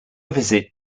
visit